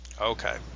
Okay